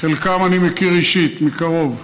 חלקן אני מכיר אישית, מקרוב.